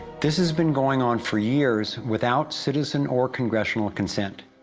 this has been going on for years without citizen or congressional consent.